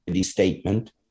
statement